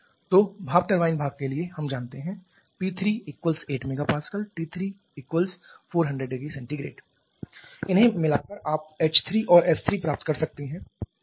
तो भाप टरबाइन भाग के लिए हम जानते हैं कि P3 8 MPa T3 400 0C इन्हें मिलाकर आप h3 और s3 प्राप्त कर सकते हैं